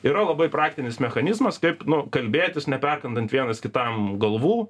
yra labai praktinis mechanizmas kaip nu kalbėtis neperkandant vienas kitam galvų